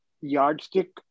yardstick